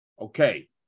Okay